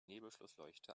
nebelschlussleuchte